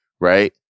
right